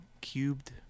cubed